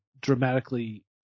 dramatically